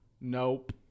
Nope